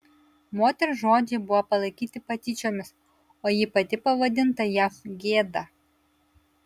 moters žodžiai buvo palaikyti patyčiomis o ji pati pavadinta jav gėda